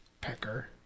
pecker